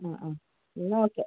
ആ ആ എന്നാൽ ഓക്കെ